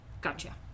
Gotcha